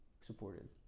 supported